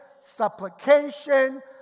supplication